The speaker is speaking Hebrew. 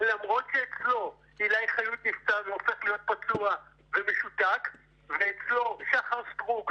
למרות שאצלו עילי חיות נפצע והופך להיות פצוע ומשותק ואצלו שחר סטרוק,